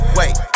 wait